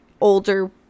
older